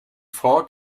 four